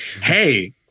Hey